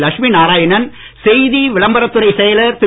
லட்சுமி நாராயணன் செய்தி விளம்பரத் துறைச் செயலர் திரு